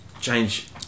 change